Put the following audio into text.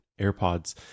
AirPods